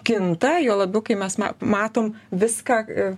kinta juo labiau kai mes matom viską